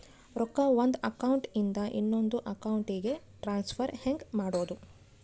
ರೊಕ್ಕ ಒಂದು ಅಕೌಂಟ್ ಇಂದ ಇನ್ನೊಂದು ಅಕೌಂಟಿಗೆ ಟ್ರಾನ್ಸ್ಫರ್ ಹೆಂಗ್ ಮಾಡೋದು?